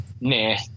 nah